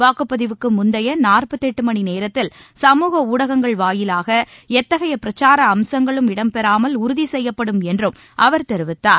வாக்குப்பதிவுக்குமுந்தைய மணிநேரத்தில் சமுக ஊடகங்கள் வாயிலாகஎத்தகையபிரச்சாரஅம்சங்களும் இடம் பெறாமல் உறுதிசெய்யப்படும் என்றும் அவர் தெரிவித்தார்